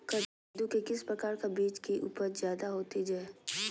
कददु के किस प्रकार का बीज की उपज जायदा होती जय?